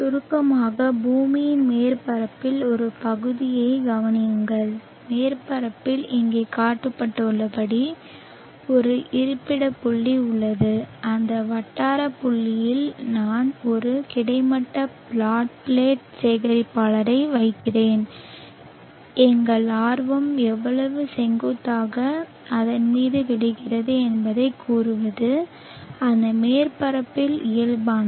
சுருக்கமாக பூமியின் மேற்பரப்பின் ஒரு பகுதியைக் கவனியுங்கள் மேற்பரப்பில் இங்கே காட்டப்பட்டுள்ளபடி ஒரு இருப்பிட புள்ளி உள்ளது அந்த வட்டார புள்ளியில் நான் ஒரு கிடைமட்ட பிளாட் பிளேட் சேகரிப்பாளரை வைக்கிறேன் எங்கள் ஆர்வம் எவ்வளவு செங்குத்தாக அதன் மீது விழுகிறது என்பதைக் கூறுவது அந்த மேற்பரப்பில் இயல்பானது